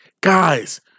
Guys